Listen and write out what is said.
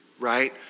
right